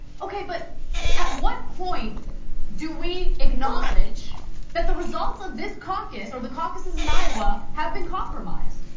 okay, but at what point do we acknowledge that the results of this caucus, or the caucuses in iowa, have been compromised?